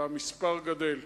והמספר גדל.